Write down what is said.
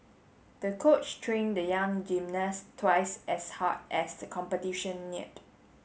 the coach trained the young gymnast twice as hard as the competition neared